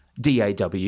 DAW